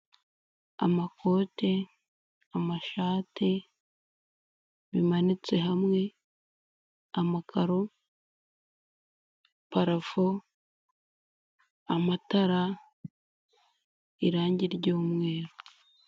Amakote, amashati bimanitse hamwe, amakaro, parafo, amatara, irange ry'umweru.